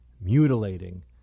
mutilating